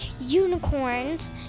unicorns